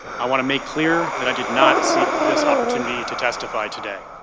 i want to make clear that i did not seek this opportunity to testify today.